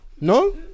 No